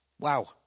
Wow